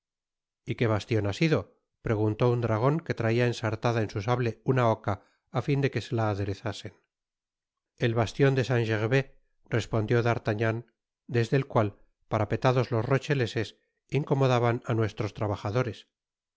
y qué bastion ha sido preguntó un dragon que traia ensartada en su sable una oca á fin de que se la aderezasen el bastion de saint gervais respondió d'artagnan desde el cual parapetados los rocheleses incomodaban á nuestros trabajadores y